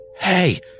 Hey